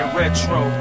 retro